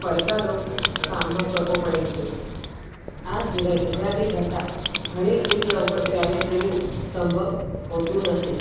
પડકારરૂપ સામનો કરવો પડે છે આ સિવાય ગુજરાતી ભાષા હરેક જગ્યા ઊપર ચાલે તેવું સંભવ હોતું નથી